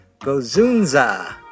gozunza